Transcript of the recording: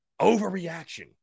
overreaction